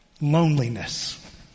loneliness